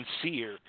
sincere